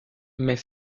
mais